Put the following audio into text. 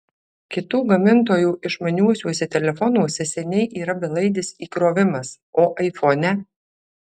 kitų gamintojų išmaniuosiuose telefonuose seniai yra belaidis įkrovimas o aifone